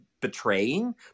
betraying